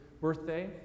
birthday